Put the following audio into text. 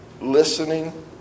listening